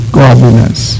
godliness